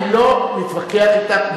אני לא מתווכח אתך.